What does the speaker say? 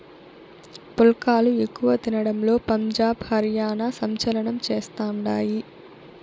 పుల్కాలు ఎక్కువ తినడంలో పంజాబ్, హర్యానా సంచలనం చేస్తండాయి